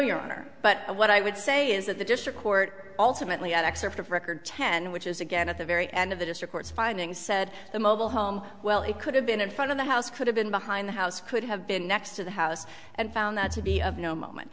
your honor but what i would say is that the district court ultimately excerpt of record ten which is again at the very end of the district court's findings said the mobile home well he could have been in front of the house could have been behind the house could have been next to the house and found that to be of no moment